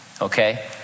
okay